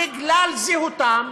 בגלל זהותם,